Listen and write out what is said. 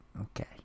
Okay